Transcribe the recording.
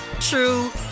true